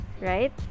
right